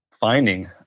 finding